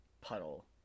puddle